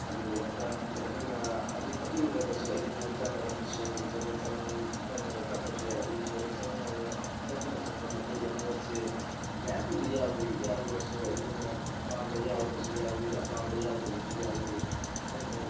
ꯑꯗꯨ ꯑꯃꯨꯛꯀ ꯑꯩꯈꯣꯏꯅ ꯑꯗꯨ ꯀꯛꯅꯤꯡꯗ꯭ꯔꯕꯁꯨ ꯑꯩꯈꯣꯏꯅ ꯆꯪꯂꯒ ꯃꯤꯁꯣꯒꯨꯝꯕꯗ ꯆꯪꯂꯒ ꯀꯛꯄꯁꯨ ꯌꯥꯏ ꯑꯗꯨ ꯃꯤꯁꯣꯗ ꯆꯪꯂꯒ ꯀꯛꯄ ꯃꯇꯝꯗ ꯃꯈꯣꯏꯗ ꯄꯣꯠꯁꯤ ꯃꯌꯥꯝꯕꯨꯗꯤ ꯌꯥꯎꯋꯤ ꯌꯥꯎꯔꯒꯁꯨ ꯑꯩꯈꯣꯏꯅ ꯑꯄꯥꯝꯕ ꯌꯥꯎꯕꯁꯨ ꯌꯥꯎꯋꯤ ꯑꯄꯥꯝꯕ ꯌꯥꯎꯗꯕꯁꯨ ꯌꯥꯎꯋꯤ ꯑꯩꯅ